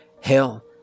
Hell